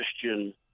Christian